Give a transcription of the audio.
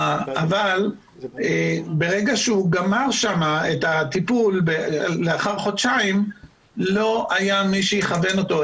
אבל ברגע שהוא גמר שם את הטיפול לאחר חודשיים לא היה מי שיכוון אותו.